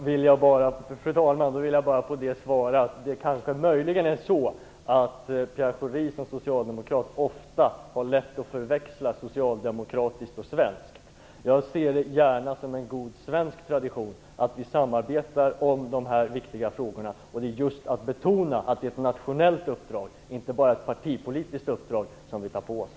Fru talman! Möjligen har Pierre Schori, som socialdemokrat, lätt att förväxla socialdemokratiskt med svenskt. Jag ser det gärna som en god svensk tradition att vi samarbetar om dessa viktiga frågor. Jag vill betona att det är ett nationellt uppdrag och inte bara ett partipolitiskt uppdrag som vi tar på oss.